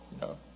No